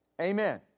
Amen